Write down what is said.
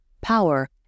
power